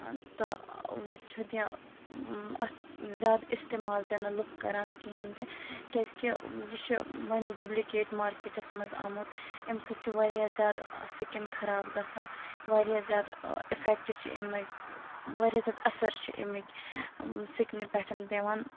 تہٕ وۄنۍ چھُنہٕ یہِ اَتھ زیادٕ استعمال تہِ نہٕ لُکھ کَران کِہیٖنۍ تہِ کیٛازِکہِ یہِ چھِ وۄنۍ ڈُبلِکیٹ مارکیٹَس منٛز آمُت امہِ سۭتۍ چھُ واریاہ زیادٕ سِکِن خراب گژھان واریاہ زیادٕ اِفٮ۪کٹ چھِ امِکۍ واریاہ زیادٕ اَثر چھِ امِکۍ سِکِنہٕ پٮ۪ٹھ پٮ۪وان